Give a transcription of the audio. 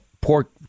pork